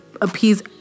appease